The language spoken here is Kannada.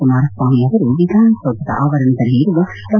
ಕುಮಾರಸ್ವಾಮಿ ಅವರು ವಿಧಾನಸೌಧದ ಆವರಣದಲ್ಲಿ ಇರುವ ಡಾ